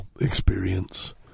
experience